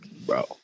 Bro